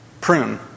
prune